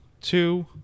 two